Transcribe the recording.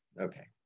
Okay